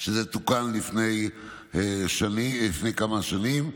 שזה תוקן לפני כמה שנים.